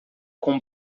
com